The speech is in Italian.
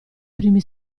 primi